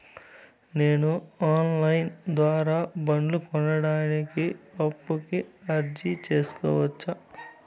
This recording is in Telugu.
నేను ఆన్ లైను ద్వారా బండ్లు కొనడానికి అప్పుకి అర్జీ సేసుకోవచ్చా?